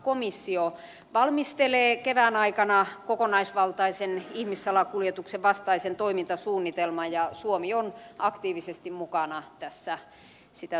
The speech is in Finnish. komissio valmistelee kevään aikana kokonaisvaltaisen ihmissalakuljetuksen vastaisen toimintasuunnitelman ja suomi on aktiivisesti mukana tässä sitä suunnittelemassa